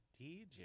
DJ